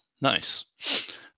nice